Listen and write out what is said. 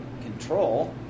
control